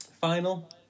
final